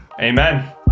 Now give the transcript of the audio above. amen